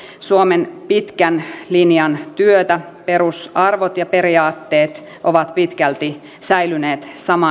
suomen pitkän linjan työtä perusarvot ja periaatteet ovat pitkälti säilyneet